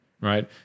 right